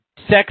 sex